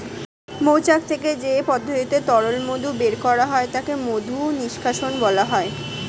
মৌচাক থেকে যে পদ্ধতিতে তরল মধু বের করা হয় তাকে মধু নিষ্কাশণ বলা হয়